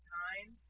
time